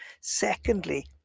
Secondly